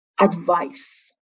advice